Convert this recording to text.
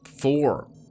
four